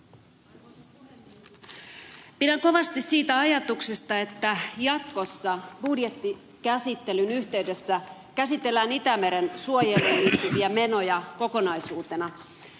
pidän kovasti siitä ajatuksesta että jatkossa budjettikäsittelyn yhteydessä käsitellään itämeren suojeluun liittyviä menoja kokonaisuutena